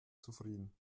zufrieden